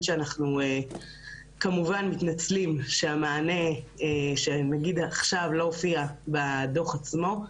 שאנחנו כמובן מתנצלים שהמענה שנגיד עכשיו לא הופיע בדוח עצמו.